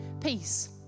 peace